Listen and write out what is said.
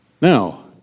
Now